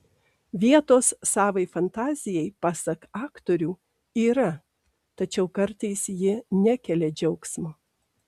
vietos savai fantazijai pasak aktorių yra tačiau kartais ji nekelia džiaugsmo